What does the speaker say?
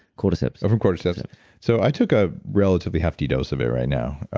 cordyceps oh, from cordyceps so, i took a relatively hefty dose of it right now.